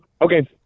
Okay